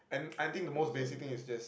oh sorry